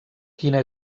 quina